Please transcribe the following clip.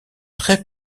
très